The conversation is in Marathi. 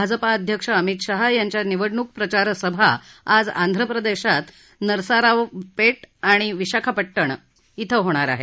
भाजपा अध्यक्ष अमित शहा यांच्या निवडणूक प्रचार सभा आज आंध्र प्रदेशात नरसारावपेट आणि विशाखापट्टणम कें होणार आहेत